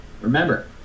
remember